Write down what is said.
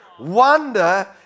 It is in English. Wonder